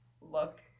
look